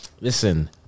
Listen